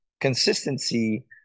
consistency